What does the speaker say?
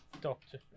Doctor